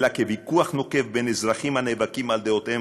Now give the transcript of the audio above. אלא כוויכוח נוקב בין אזרחים הנאבקים על דעותיהם,